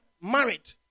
married